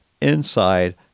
inside